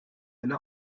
eine